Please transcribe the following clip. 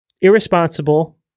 irresponsible